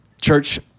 church